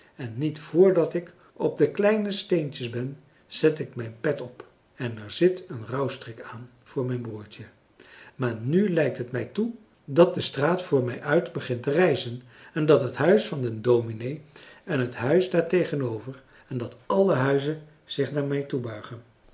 en niet voordat ik op de kleine steentjes ben zet ik mijn pet op en er zit een rouwstrik aan voor mijn broertje maar nu lijkt het mij toe dat de straat voor mij uit begint te rijzen en dat het huis van den dominee en het huis daar tegenover en dat alle huizen zich naar mij toe buigen